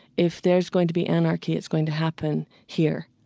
if there's going to be anarchy, it's going to happen here.